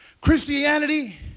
Christianity